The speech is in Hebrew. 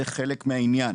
כי זה חלק מהעניין.